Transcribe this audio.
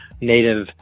native